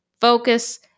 focus